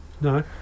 no